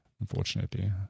unfortunately